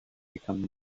become